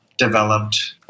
developed